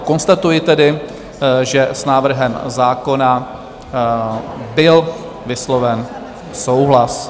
Konstatuji tedy, že s návrhem zákona byl vysloven souhlas.